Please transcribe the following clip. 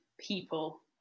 people